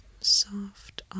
soft